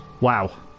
Wow